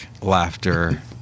laughter